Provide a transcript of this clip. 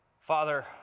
Father